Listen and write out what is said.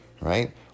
right